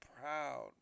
proud